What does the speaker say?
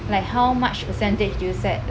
like how much percentage do you set